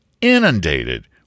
inundated